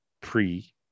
pre